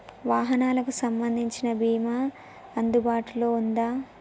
వాహనాలకు సంబంధించిన బీమా అందుబాటులో ఉందా?